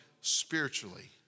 spiritually